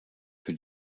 für